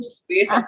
space